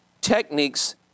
techniques